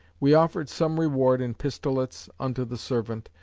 we offered some reward in pistolets unto the servant,